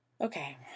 Okay